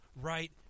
right